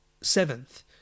seventh